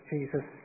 Jesus